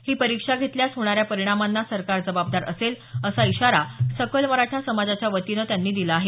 ही परिक्षा घेतल्यास होणाऱ्या परिणामांना सरकार जबाबदार असेल असा इशारा सकल मराठा समाजाच्या वतीनं त्यांनी दिला आहे